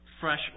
fresh